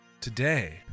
Today